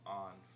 on